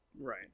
Right